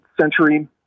century